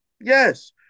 Yes